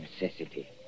necessity